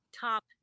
top